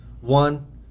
one